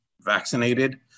vaccinated